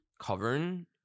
covering